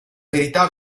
verità